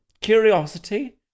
curiosity